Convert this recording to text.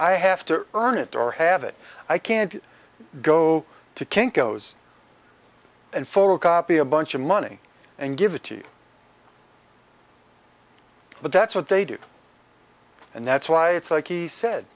i have to earn it or have it i can't go to kinko's and photocopy a bunch of money and give it to you but that's what they do and that's why it's like he said